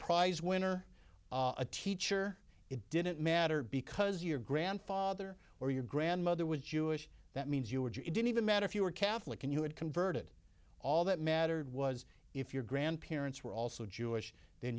prize winner a teacher it didn't matter because your grandfather or your grandmother was jewish that means you were you didn't even matter if you were catholic and you had converted all that mattered was if your grandparents were also jewish th